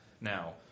now